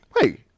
Wait